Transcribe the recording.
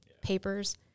papers